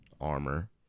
armor